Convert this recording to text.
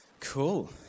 cool